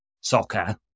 soccer